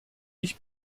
ich